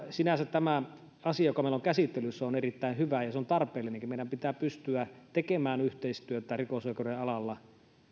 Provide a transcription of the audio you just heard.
sinänsä tämä asia joka meillä on käsittelyssä on erittäin hyvä ja tarpeellinenkin meidän pitää pystyä tekemään yhteistyötä rikosoikeuden alalla